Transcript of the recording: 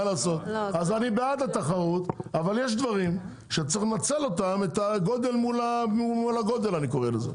אני בעד התחרות אבל יש דברים שצריך לנצל אותם מול הגודל אני קורא לזה.